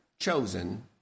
chosen